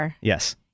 yes